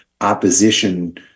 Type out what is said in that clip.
opposition